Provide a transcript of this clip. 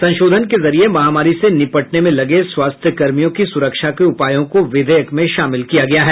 संशोधन के जरिये महामारी से निपटने में लगे स्वास्थ्यकर्मियों की सुरक्षा के उपायों को विधेयक में शामिल किया गया है